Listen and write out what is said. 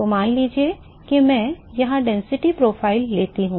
तो मान लीजिए कि मैं यहां घनत्व प्रोफ़ाइल लेता हूं